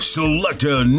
Selector